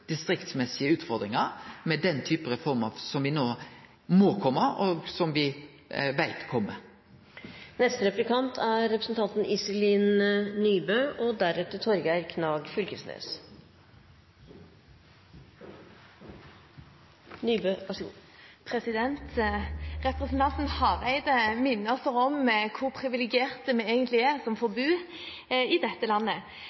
distriktsmessige utfordringar i samband med den typen reformer som no må kome, og som me veit at kjem. Representanten Hareide minner oss om hvor privilegerte vi egentlig er, som får bo i dette landet.